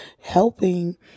helping